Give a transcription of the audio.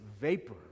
vapor